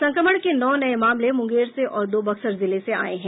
संक्रमण के नौ नये मामले मुंगेर से और दो बक्सर जिले से आये हैं